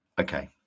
Okay